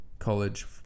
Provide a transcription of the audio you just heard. college